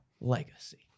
legacy